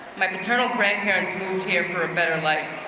my paternal grandparents moved here for a better life.